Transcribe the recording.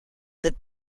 that